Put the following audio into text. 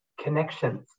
connections